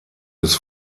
des